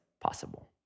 possible